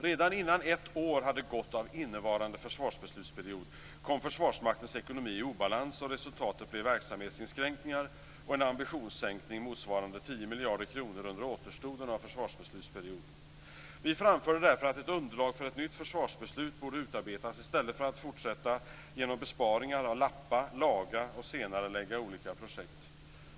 Redan innan ett år hade gått av innevarande försvarsbeslutsperiod kom Försvarsmaktens ekonomi i obalans och resultatet blev verksamhetsinskränkningar och en ambitionssänkning motsvarande Vi framförde därför att ett underlag för ett nytt försvarsbeslut borde utarbetas i stället för att fortsätta att genom besparingar lappa, laga och senarelägga olika projekt.